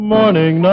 Morning